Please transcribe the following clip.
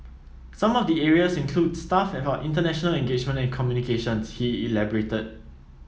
some of the areas include staff for international engagement and communications he elaborated